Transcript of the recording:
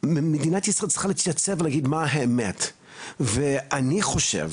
מדינת ישראל צריכה להתייחס ולהגיד מה היא האמת ואני חושב